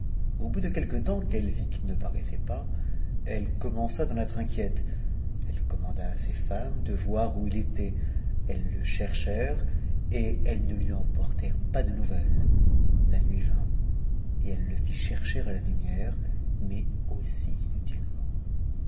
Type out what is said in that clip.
au bout de quelque temps qu'elle vit qu'il ne para ss t't pas elle commença d'en être inquiète elle commanda à ses femmes w voir où il était elles le cherchèrent et elles ne lui en portèrent pas de nouvelles la nuit vint et elle le fit chercher à la lumière mais aussi inutilement